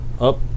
Up